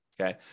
okay